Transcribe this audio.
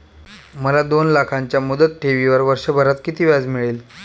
मला दोन लाखांच्या मुदत ठेवीवर वर्षभरात किती व्याज मिळेल?